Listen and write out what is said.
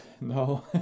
no